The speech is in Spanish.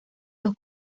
los